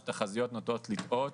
הוא שתחזיות נוטות לטעות.